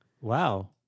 Wow